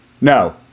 No